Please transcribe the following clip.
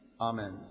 amen